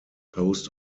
post